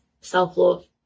self-love